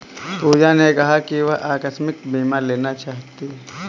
पूजा ने कहा कि वह आकस्मिक बीमा लेना चाहती है